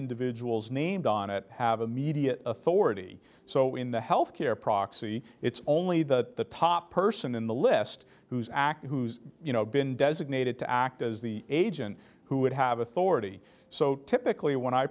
individuals named on it have immediate authority so in the health care proxy it's only the top person in the list who's acting who's you know been designated to act as the agent who would have authority so typically when i